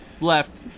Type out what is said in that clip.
left